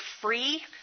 free